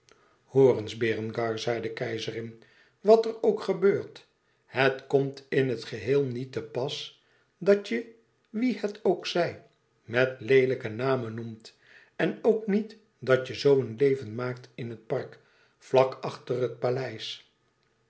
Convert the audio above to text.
hoor eens berengar zei de keizerin wat er ook gebeurt het komt in het geheel niet te pas dat je wien het ook zij met leelijke namen noemt en ook niet dat je zoo een leven maakt in het park vlak achter het paleis